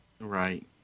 Right